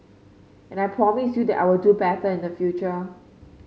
and I promise you that I will do better in the future